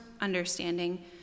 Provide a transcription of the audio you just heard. understanding